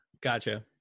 Gotcha